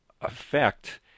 effect